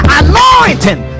anointing